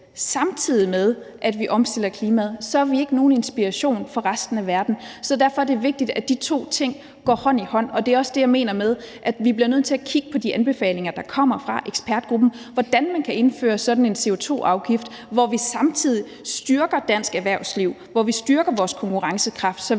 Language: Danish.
samtidig med at vi omstiller klimaet, er vi ikke nogen inspiration for resten af verden. Så derfor er det vigtigt, at de to ting går hånd i hånd, og det er også det, jeg mener med, at vi bliver nødt til at kigge på de anbefalinger, der kommer fra ekspertgruppen, i forhold til hvordan man kan indføre sådan en CO2-afgift, hvor vi samtidig styrker dansk erhvervsliv, og hvor vi styrker vores konkurrencekraft,